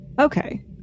Okay